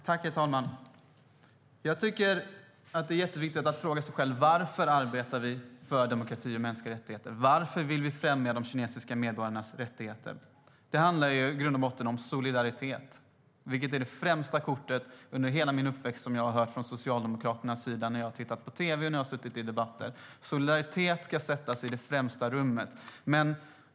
Herr talman! Jag tycker att det är jätteviktigt att fråga sig själv varför vi arbetar för demokrati och mänskliga rättigheter. Varför vill vi främja de kinesiska medborgarnas rättigheter? Det handlar i grund och botten om solidaritet, vilket är det främsta kort som jag under hela min uppväxt har hört från Socialdemokraternas sida när jag har tittat på tv och när jag har suttit i debatter. Solidaritet ska sättas i främsta rummet.